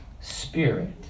spirit